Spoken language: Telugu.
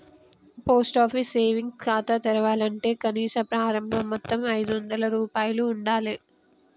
పోస్ట్ ఆఫీస్ సేవింగ్స్ ఖాతా తెరవాలంటే కనీస ప్రారంభ మొత్తం ఐదొందల రూపాయలు ఉండాలె